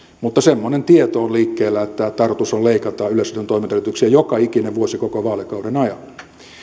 mutta semmoinen tieto on liikkeellä että tarkoitus on leikata yleisradion toimintaedellytyksiä joka ikinen vuosi koko vaalikauden ajan